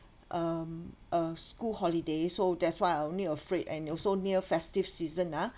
um a school holiday so that's why I only afraid and also near festive season ah